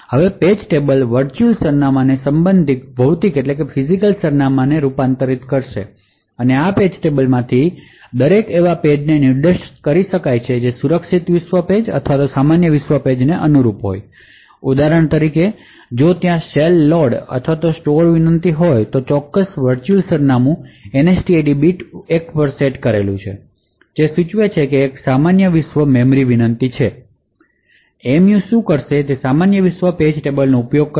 હવે page table virtual સરનામાંને સંબંધિત ભૌતિક સરનામાંમાં રૂપાંતરિત કરે છે અને આ પેજ ટેબલમાંથી દરેક એવા પેજને નિર્દેશિત કરી શકશે જે સુરક્ષિત વિશ્વ પેજ અથવા સામાન્ય વિશ્વ પેજને અનુરૂપ હોય છે ઉદાહરણ તરીકે જો ત્યાં સેલ લોડ અથવા સ્ટોર વિનંતી હોય તો ચોક્કસ વર્ચુઅલ સરનામું NSTID બીટ 1 પર સેટ કરેલું છે જે સૂચવે છે કે તે એક સામાન્ય વિશ્વ મેમરી વિનંતી છે એમએમયુ શું કરશે તે તે સામાન્ય વિશ્વ પેજ ટેબલનો ઉપયોગ કરશે